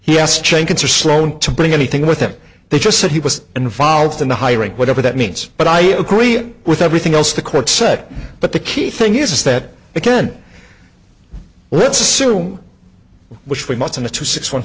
sloan to bring anything with him they just said he was involved in the hiring whatever that means but i agree with everything else the court said but the key thing is that again let's assume which we must in the two six one